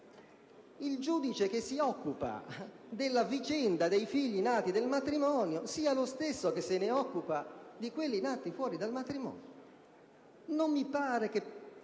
il giudice che si occupa della vicenda dei figli nati nel matrimonio sia lo stesso che si occupa dei figli nati fuori dal matrimonio. Non mi pare che